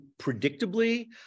predictably